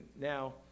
Now